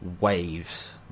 waves